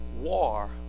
war